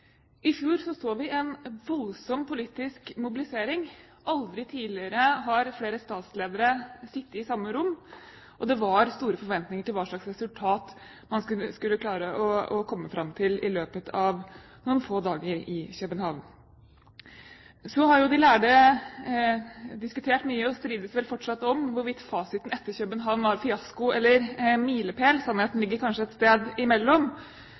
i Cancún. I fjor så vi en voldsom politisk mobilisering. Aldri tidligere har flere statsledere sittet i samme rom, og det var store forventninger til hva slags resultat man kunne klare å komme fram til i løpet av noen få dager i København. Så har de lærde diskutert mye og strides vel fortsatt om hvorvidt fasiten etter København var fiasko eller milepæl. Sannheten ligger kanskje et sted imellom.